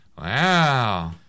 Wow